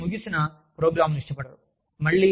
వారు సమయం ముగిసిన ప్రోగ్రామ్లను ఇష్టపడరు